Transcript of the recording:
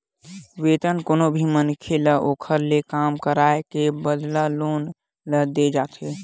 वेतन कोनो भी मनखे ल ओखर ले काम कराए के बदला लोगन ल देय जाथे